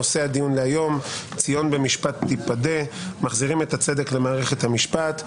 נושא הדיון להיום: "ציון במשפט תיפדה" מחזירים את הצדק למערכת המשפט.